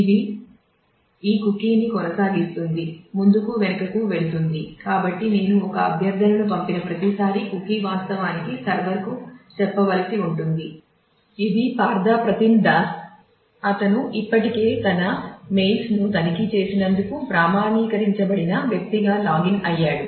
ఇది ఈ కుకీను తనిఖీ చేసినందుకు ప్రామాణీకరించబడిన వ్యక్తిగా లాగిన్ అయ్యాడు